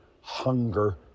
hunger